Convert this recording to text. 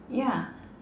ya